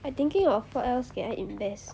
I thinking of what else can I invest